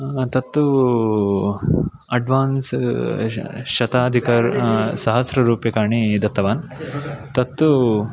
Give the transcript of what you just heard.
तत्तु अड्वान्स् श शताधिकसहस्ररूप्यकाणि दत्तवान् तत्तु